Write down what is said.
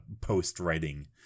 post-writing